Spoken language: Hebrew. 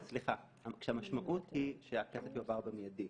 כשהמשמעות היא שהכסף יועבר מיידית.